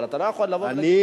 אבל אתה לא יכול לבוא בטענות.